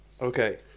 Okay